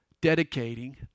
dedicating